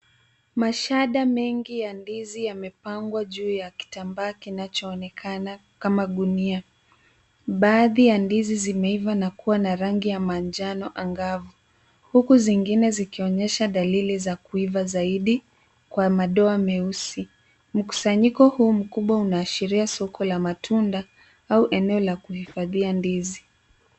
Mashada mengi ya ndizi yamepangwa juu ya kitambaa kinachoonekana kama gunia. Baadhi ya ndizi zimeiva na kuwa na rangi ya manjano angavu, huku zingine zikionyesha dalili za kuiva zaidi kwa madoa meusi. Mkusanyiko huu mkubwa unashiria soko la matunda au eneo la kuhifadhia ndizi.